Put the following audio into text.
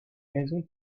maison